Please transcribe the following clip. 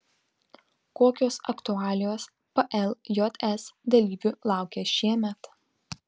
kokios aktualijos pljs dalyvių laukia šiemet